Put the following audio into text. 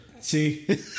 See